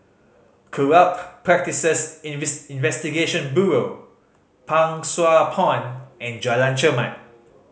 Corrupt Practices Investigation Bureau Pang Sua Pond and Jalan Chermat